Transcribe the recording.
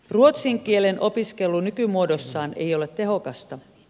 ruotsin kielen opiskelu nykymuodossaan ei ole tehokasta